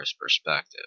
perspective